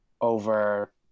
over